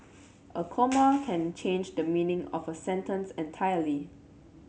a comma can change the meaning of a sentence entirely